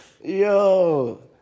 Yo